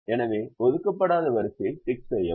எனவே ஒதுக்கப்படாத வரிசையை டிக் செய்யவும்